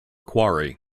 quarry